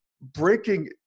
breaking